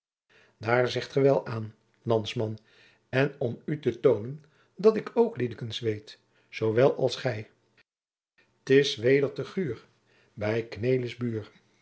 daar zegt ge wel an landsman en om u te toonen dat ik ook liedekens weet zoo wel als gij jacob van lennep de pleegzoon is t weder te guur bij